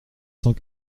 cent